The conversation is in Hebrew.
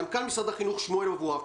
מנכ"ל משרד החינוך שמואל אבואב.